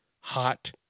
hot